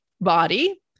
body